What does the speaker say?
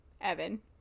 evan